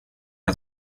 att